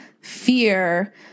fear